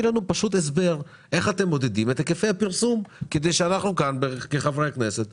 לנו הסבר איך אתם מודדים את היקפי הפרסום כדי שכאן נשתכנע.